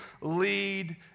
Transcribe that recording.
lead